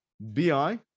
bi